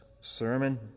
sermon